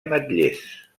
ametllers